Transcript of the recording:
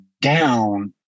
down